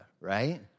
right